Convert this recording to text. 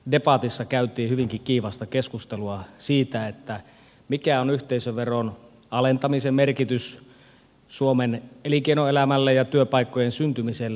debatissa käytiin hyvinkin kiivasta keskustelua siitä mikä on yhteisöveron alentamisen merkitys suomen elinkeinoelämälle ja työpaikkojen syntymiselle